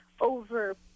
over